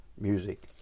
music